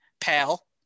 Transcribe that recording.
pal